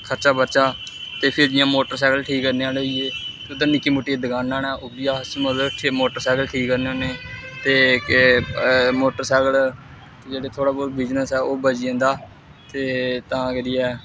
खर्चा बर्चा ते फिर जियां मोटरसाइकल ठीक करने आह्ले होई गे उद्धर निक्की मुट्टियां दकानां न ओह् बी अस मतलब मोटरसाइकल ठीक करने होन्ने ते मोटरसाइकल जेह्ड़ा थोह्ड़ा बहुत बिजनेस ऐ ओह् बची जंदा ते तां करियै